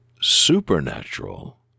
supernatural